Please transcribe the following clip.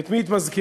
ואת מי את מזכירה?